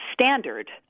standard